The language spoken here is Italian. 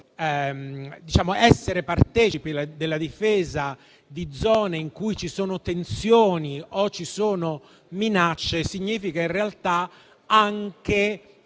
essere partecipi della difesa di zone in cui ci sono tensioni o minacce significa in realtà anche